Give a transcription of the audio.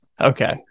Okay